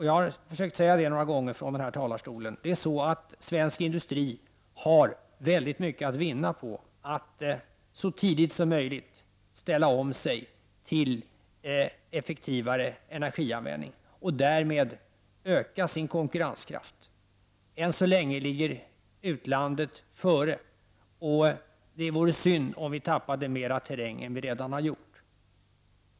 Jag har försökt framhålla några gånger här i talarstolen att svensk industri har väldigt mycket att vinna på tidigaste möjliga omställning och på en övergång till en effektivare energianvändning. Därmed skulle man öka sin konkurrenskraft. Ännu så länge ligger utlandet före. Det vore synd om vi skulle tappa ännu mera terräng än vi redan har förlorat.